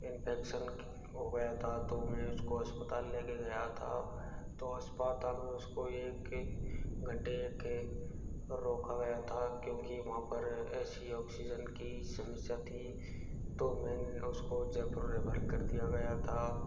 infection हो गया था तो मैं उस को अस्पताल ले के गया था तो अस्पाताल में उस को एक एक घंटे के रोका गया था क्योंकि वहाँ पर ऐसी ऑक्सीजन की समस्या थी तो मैं ने उस को जयपुर रिफर कर दिया गया था